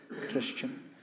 Christian